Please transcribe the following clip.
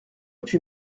puis